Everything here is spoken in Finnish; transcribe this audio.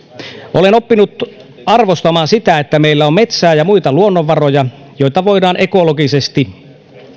olen oppinut arvostamaan sitä että meillä on metsää ja muita luonnonvaroja joita voidaan ekologisesti